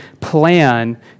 plan